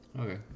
Okay